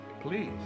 Please